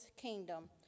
kingdom